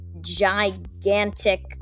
gigantic